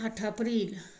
आठ अप्रैल